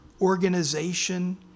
organization